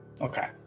Okay